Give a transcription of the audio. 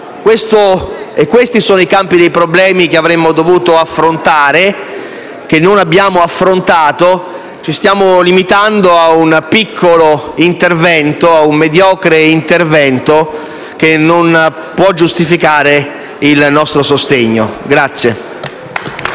Questi sono i problemi che avremmo dovuto affrontare e non l'abbiamo fatto. Ci stiamo limitando a un piccolo intervento, a un mediocre intervento, che non può giustificare il nostro sostegno. *(Applausi